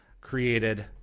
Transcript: created